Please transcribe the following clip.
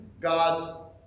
God's